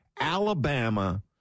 Alabama